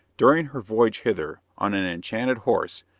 during her voyage hither on an enchanted horse,